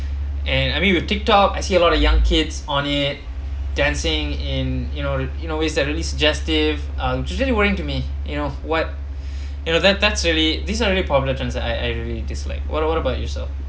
and I mean with tik tok I see a lot of young kids on it dancing in you know you know is that really suggestive uh it's actually worrying to me you know what you know that that's really these are really popular trends I I really dislike what are what about yourself